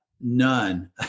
None